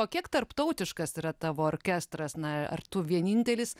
o kiek tarptautiškas yra tavo orkestras na ar tu vienintelis